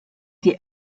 die